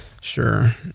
Sure